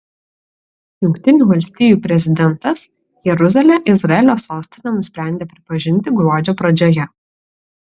jungtinių valstijų prezidentas jeruzalę izraelio sostine nusprendė pripažinti gruodžio pradžioje